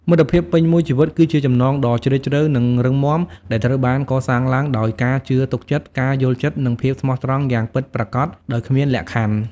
មិត្តភាពពេញមួយជីវិតគឺជាចំណងដ៏ជ្រាលជ្រៅនិងរឹងមាំដែលត្រូវបានកសាងឡើងដោយការជឿទុកចិត្ត ការយល់ចិត្ត និងភាពស្មោះត្រង់យ៉ាងពិតប្រាកដដោយគ្មានលក្ខខណ្ឌ។